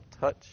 touch